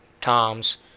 toms